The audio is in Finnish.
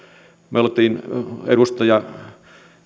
me olimme edustaja